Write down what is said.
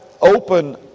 open